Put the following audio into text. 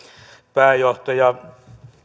pääjohtaja